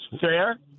Fair